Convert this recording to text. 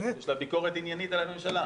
יש לה ביקורת עניינית על הממשלה.